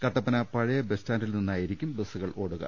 കട്ടപ്പന പഴയ ബസ്സ്റ്റാന്റിൽ നിന്നായിരിക്കും ബസ്സുകൾ ഓടുക